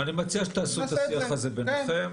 אני מציע שתעשו את השיח הזה ביניכם.